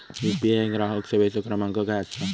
UPI ग्राहक सेवेचो क्रमांक काय असा?